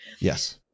Yes